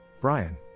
Brian